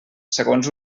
segons